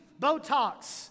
Botox